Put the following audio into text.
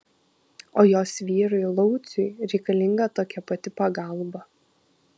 o jos vyrui lauciui reikalinga tokia pati pagalba